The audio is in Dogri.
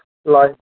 लाईफ